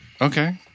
Okay